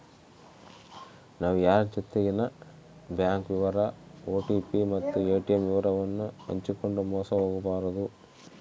ನಾವು ಯಾರ್ ಜೊತಿಗೆನ ಬ್ಯಾಂಕ್ ವಿವರ ಓ.ಟಿ.ಪಿ ಮತ್ತು ಏ.ಟಿ.ಮ್ ವಿವರವನ್ನು ಹಂಚಿಕಂಡು ಮೋಸ ಹೋಗಬಾರದು